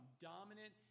dominant